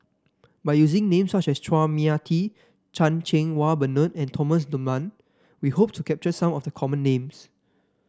by using names such as Chua Mia Tee Chan Cheng Wah Bernard and Thomas Dunman we hope to capture some of the common names